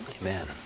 Amen